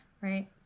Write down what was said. right